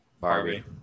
Barbie